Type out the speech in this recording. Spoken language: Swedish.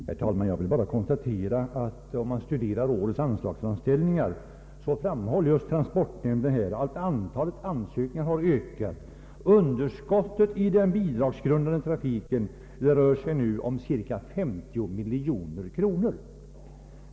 Herr talman! Jag vill bara konstatera att man, om man studerar årets anslagsframställningar, finner att transportnämnden anför att antalet ansökningar om bidrag har ökat och att underskottet i den bidragsgrundande trafiken nu rör sig om cirka 50 miljoner kronor.